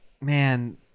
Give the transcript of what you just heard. man